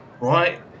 right